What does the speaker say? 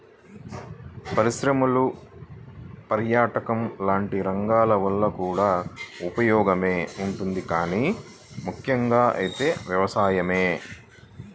పరిశ్రమలు, పర్యాటకం లాంటి రంగాల వల్ల కూడా ఉపయోగమే ఉంటది గానీ ముక్కెంగా అయితే వ్యవసాయమే